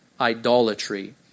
idolatry